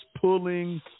pulling